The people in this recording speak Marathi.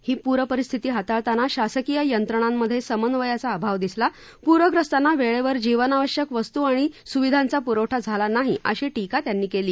ही पूरपरिस्थिती हाताळताना शासकीय यंत्रांमधे समन्वयाचा अभाव दिसला पूरग्रस्तांना वेळेवर जीवनावश्यक वस्तू आणि सुविधा पुरवठा झाला नाही अशी टीका त्यांनी केली